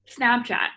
Snapchat